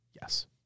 yes